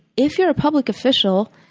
if you're a public official,